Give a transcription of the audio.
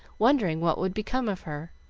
wondering what would become of her.